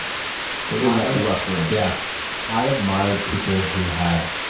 or in that rough range. yeah i admired people who had